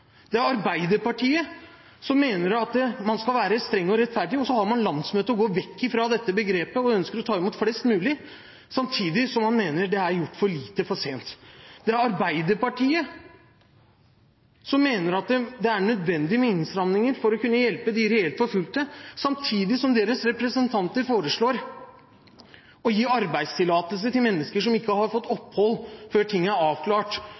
Det er Arbeiderpartiet som mener at man skal være streng og rettferdig. Så har man landsmøte og går vekk fra begrepet om at man ønsker å ta imot flest mulig – samtidig som man mener det er gjort for lite for sent. Det er Arbeiderpartiet som mener at det er nødvendig med innstramninger for å kunne hjelpe de reelt forfulgte, samtidig som deres representanter foreslår å gi arbeidstillatelse til mennesker som ikke har fått opphold, før ting er avklart